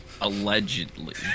Allegedly